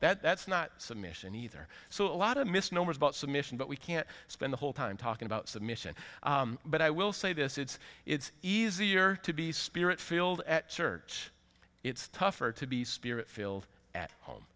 wrong that's not submission either so a lot of misnomers about submission but we can't spend the whole time talking about submission but i will say this it's it's easier to be spirit filled at church it's tougher to be spirit filled at home